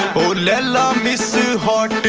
oh laila, miss hot!